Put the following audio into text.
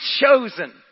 chosen